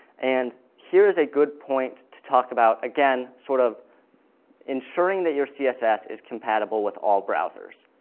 and here's a good point to talk about again, sort of ensuring that your css is compatible with all browsers.